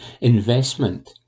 Investment